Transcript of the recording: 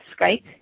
Skype